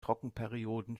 trockenperioden